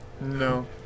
No